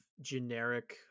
generic